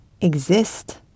exist